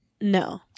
No